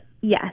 yes